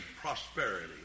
prosperity